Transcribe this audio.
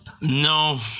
No